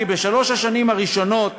כי בשלוש השנים הראשונות